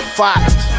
fact